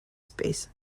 space